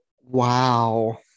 Wow